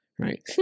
right